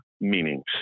meanings